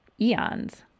eons